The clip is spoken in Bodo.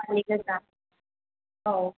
माने गोजा औ